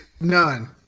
None